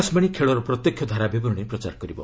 ଆକାଶବାଣୀ ଖେଳର ପ୍ରତ୍ୟକ୍ଷ ଧାରାବିବରଣୀ ପ୍ରଚାର କରିବ